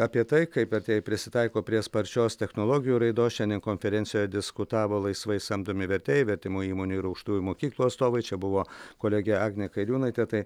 apie tai kaip vertėjai prisitaiko prie sparčios technologijų raidos šiandien konferencijoje diskutavo laisvai samdomi vertėjai vertimo įmonių ir aukštųjų mokyklų atstovai čia buvo kolegė agnė kairiūnaitė tai